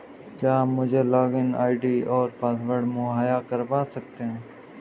क्या आप मुझे लॉगिन आई.डी और पासवर्ड मुहैय्या करवा सकते हैं?